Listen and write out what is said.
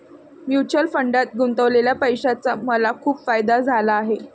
mutual फंडात गुंतवलेल्या पैशाचा मला खूप फायदा झाला आहे